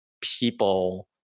people